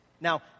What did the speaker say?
Now